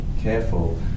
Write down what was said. careful